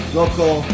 local